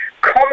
come